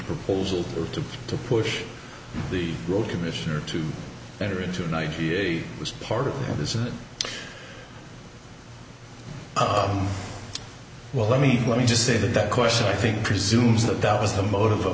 proposal to to push the road commissioner to enter into ninety eight was part of this in the well let me let me just say that that question i think presumes that that was the motive of